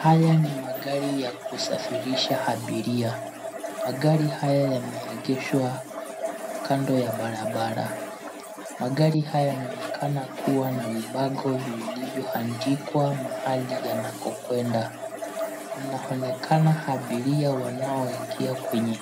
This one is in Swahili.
Haya ni magari ya kusafirisha abiria. Magari haya yameegeshwa kando ya barabara. Magari haya yanaonekana kuwa na vibango vilivyoandikwa mahali yanakokwenda. Inaonekana abiria wanaoingia kwenye